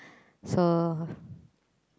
so